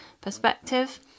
perspective